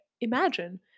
imagine